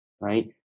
right